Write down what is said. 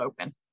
open